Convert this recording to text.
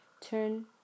Turn